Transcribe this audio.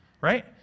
right